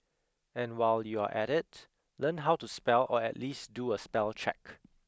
and while you're at it learn how to spell or at least do a spell check